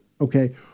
okay